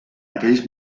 aquells